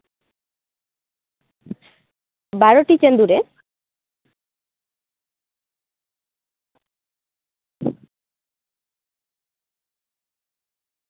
ᱵᱟᱨᱚᱴᱤ ᱪᱟᱸᱫᱚ ᱨᱮ